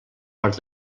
per